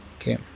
okay